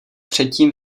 předtím